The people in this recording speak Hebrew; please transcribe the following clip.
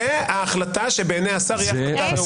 זו החלטה שבעיני השר היא החלטה ראויה.